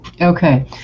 Okay